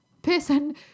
Person